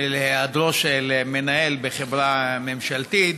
של היעדרו של מנהל בחברה ממשלתית